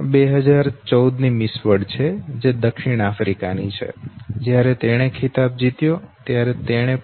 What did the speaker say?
આ 2014 ની Miss World છે જે દક્ષિણ આફ્રિકા ની છે જ્યારે તેણે ખિતાબ જીત્યો ત્યારે તેણે